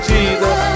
Jesus